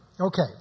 Okay